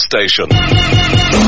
station